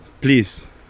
please